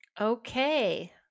Okay